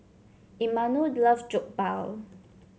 Imanol loves Jokbal